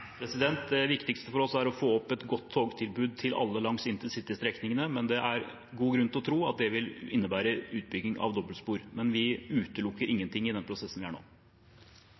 Det viktigste for oss er å få opp et godt togtilbud til alle langs intercitystrekningene. Det er god grunn til å tro at det vil innebære utbygging av dobbeltspor, men vi utelukker ingenting i den prosessen vi er i nå.